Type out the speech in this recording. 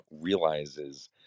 realizes